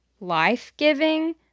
life-giving